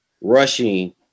rushing